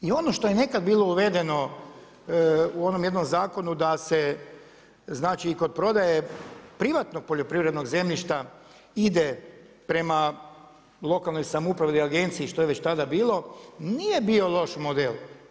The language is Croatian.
I ono što je nekad bilo uvedeno u onom jednom zakonu da se znači kod prodaje privatnog poljoprivrednog zemljišta ide prema lokalnoj samoupravnoj agenciji, što je već tada bilo, nije bio loš model.